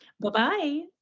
Bye-bye